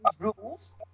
rules